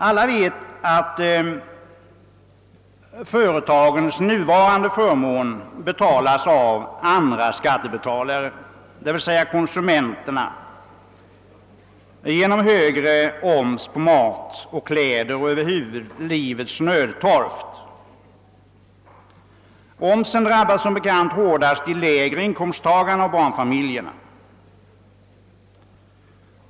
Alla vet att företagens nuvarande förmån betalas av andra skattebetalare, d.v.s. konsumenterna, genom högre oms på mat, kläder och livets nödtorft över huvud taget. Omsen drabbar som bekant hårdast de lägre inkomsttagarna och barnfamiljerna.